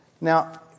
Now